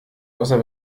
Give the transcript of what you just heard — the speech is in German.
außer